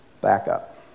backup